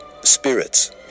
spirits